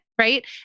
right